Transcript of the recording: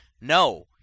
no